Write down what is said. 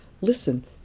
listen